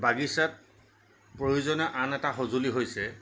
বাগিচাত প্ৰয়োজনীয় আন এটা সঁজুলি হৈছে